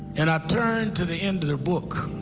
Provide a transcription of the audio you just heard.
and i turned to the end of the book,